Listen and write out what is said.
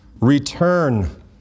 Return